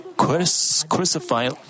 crucified